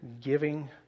giving